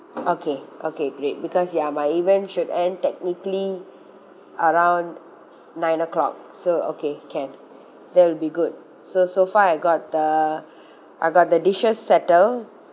okay okay great because ya my event should end technically around nine o'clock so okay can that'll be good so so far I got the I got the dishes settled